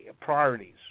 priorities